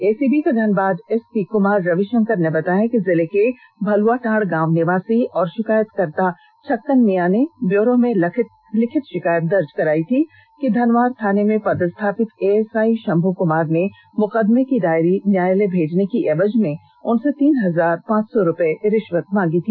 ACB के Dhanbad SP Kumar Ravishankar ने बताया कि जिले के भालवाटांड गांव निवासी और षिकायतकर्त्ता छक्कन मियां ने ब्यूरो में लिखित शिकायत दर्ज करायी थी कि धनवार थाने में पदस्थापित एएसआई शंभू कुमार ने मुकदमें की डायरी न्यायालय भेजने की एवज में उनसे तीन हजार पांच सौ रुपये रिश्वत की मांग की है